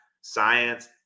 science